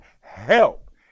help